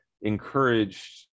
encouraged